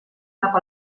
cap